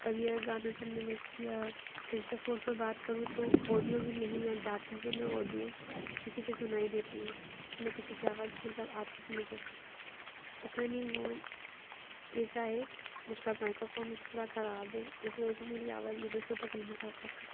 कभी अगर गाना सुनने बैठूँ या किसी से फ़ोन पर बात करूँ तो ऑडियो भी नहीं है जाती है न ऑडियो किसी की सुनाई देती है न किसी की आवाज़ मतलब आती है मुझे पता नहीं वह कैसा है उसका माइक्रोफ़ोन वह पूरा ख़राब है इस वजह से मेरी आवाज़ भी दूसरों तक नहीं जा पाती